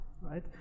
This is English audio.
Right